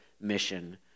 mission